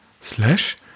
slash